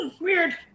Weird